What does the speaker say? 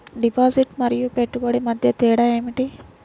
Deposit మరియు పెట్టుబడి మధ్య తేడా ఏమిటి?